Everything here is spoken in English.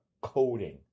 coding